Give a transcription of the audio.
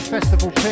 Festival